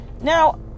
Now